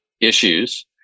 issues